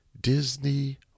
Disney